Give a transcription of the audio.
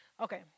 Okay